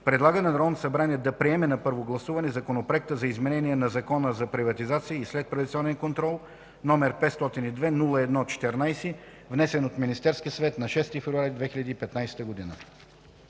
предлага на Народното събрание да приеме на първо гласуване Законопроект за изменение на Закона за приватизация и следприватизационен контрол, № 502-01-14, внесен от Министерски съвет на 6 февруари 2015 г.”